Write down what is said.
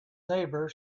neighbor